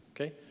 Okay